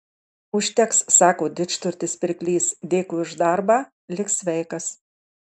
užteks sako didžturtis pirklys dėkui už darbą lik sveikas